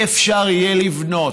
לא יהיה אפשר לבנות,